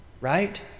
Right